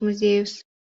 muziejus